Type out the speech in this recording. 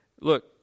Look